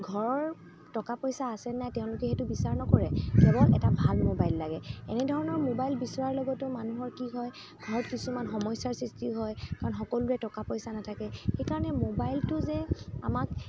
ঘৰৰ টকা পইচা আছে নাই তেওঁলোকে সেইটো বিচাৰ নকৰে কেৱল এটা ভাল মোবাইল লাগে এনেধৰণৰ মোবাইল বিচৰাৰ লগতো মানুহৰ কি হয় ঘৰত কিছুমান সমস্যাৰ সৃষ্টি হয় কাৰণ সকলোৰে টকা পইচা নাথাকে সেইকাৰণে মোবাইলটো যে আমাক